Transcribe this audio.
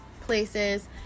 places